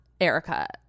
Erica